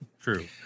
true